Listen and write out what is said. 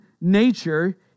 nature